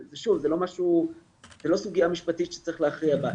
שוב, זאת לא סוגיה משפטית שצריך להכריע בה.